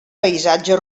paisatge